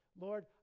Lord